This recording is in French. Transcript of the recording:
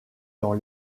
dans